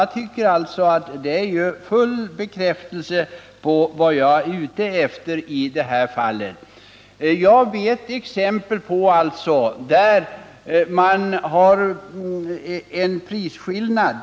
Enligt min mening bekräftar detta fullständigt riktigheten i vad jag i detta fall har velat säga.